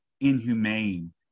inhumane